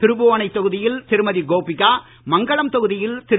திருபுவனை தொகுதியில் திருமதி கோபிகா மங்கலம் தொகுதியில் திரு